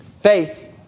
Faith